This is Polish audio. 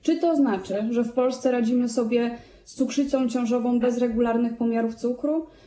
Czy to znaczy, że w Polsce radzimy sobie z cukrzycą ciążową bez regularnych pomiarów cukru?